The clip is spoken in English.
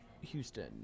Houston